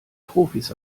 profis